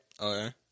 Okay